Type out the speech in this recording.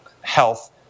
health